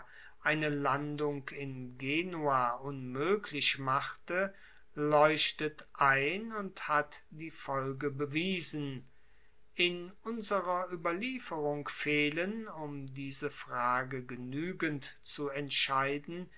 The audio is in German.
eine landung in genua unmoeglich machte leuchtet ein und hat die folge bewiesen in unserer ueberlieferung fehlen um diese frage genuegend zu entscheiden